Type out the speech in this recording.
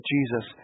Jesus